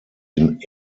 den